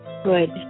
good